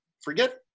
forget